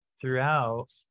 throughout